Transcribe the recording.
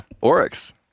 Oryx